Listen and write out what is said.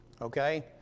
Okay